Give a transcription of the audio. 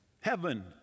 heaven